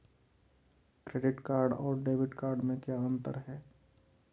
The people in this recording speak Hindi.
क्रेडिट कार्ड और डेबिट कार्ड में क्या अंतर है?